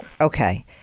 Okay